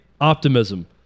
optimism